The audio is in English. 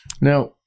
Now